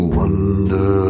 wonder